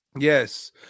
Yes